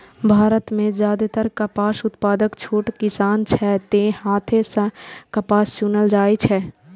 भारत मे जादेतर कपास उत्पादक छोट किसान छै, तें हाथे सं कपास चुनल जाइ छै